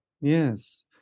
Yes